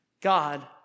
God